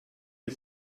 die